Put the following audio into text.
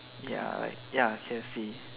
ya like ya K_F_C